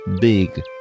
big